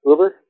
Uber